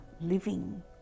living